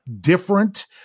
different